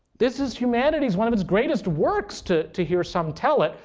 this is humanities one of its greatest works to to hear some tell it.